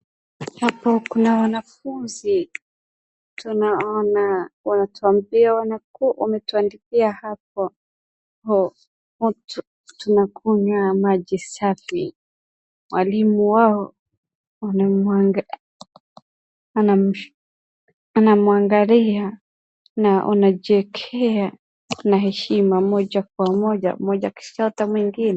Hapo kuna wanafunzi, tunaona wanatuambia wametuaandikia hapo. Tunakunywa maji safi. Mwalimu wao anamuangalia na onajiekea na heshima moja kwa moja, moja kushoto mwingine.